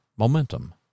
Momentum